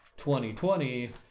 2020